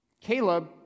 Caleb